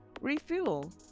Refuel